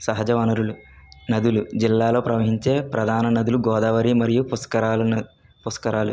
సహజ వనరులు నదులు జిల్లాలో ప్రవహించే ప్రధాన నదులు గోదావరి మరియు పుష్కరాలు పుష్కరాలు